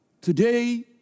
Today